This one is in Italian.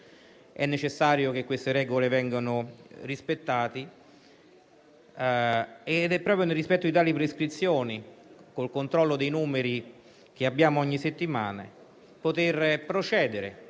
È necessario che queste regole vengano rispettate ed è proprio nel rispetto di tali prescrizioni, con il controllo dei numeri che rileviamo ogni settimana, che si può procedere